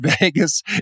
Vegas